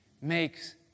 makes